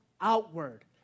Outward